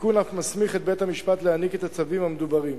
התיקון אף מסמיך את בית-המשפט להעניק את הצווים המדוברים.